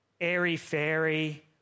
airy-fairy